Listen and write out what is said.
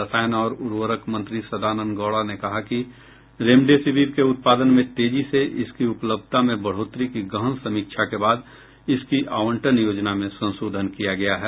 रसायन और उर्वरक मंत्री सदानंद गौडा ने कहा कि रेमडेसिविर के उत्पादन में तेजी से इसकी उपलब्धता में बढ़ोतरी की गहन समीक्षा के बाद इसकी आवंटन योजना में संशोधन किया गया है